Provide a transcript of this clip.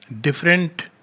different